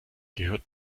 gehört